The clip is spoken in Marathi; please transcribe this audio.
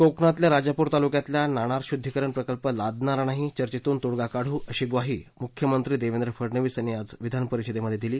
कोकणातल्या राजापूर तालुक्यातला नाणार शुद्धीकरण प्रकल्प लादणार नाही चर्चेतून तोडगा काढू अशी ग्वाही मुख्यमंत्री देवेंद्र फडनवीस यांनी आज विधानपरिषदेत दिली